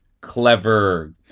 clever